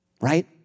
right